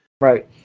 Right